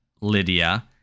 Lydia